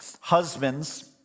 Husbands